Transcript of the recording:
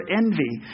envy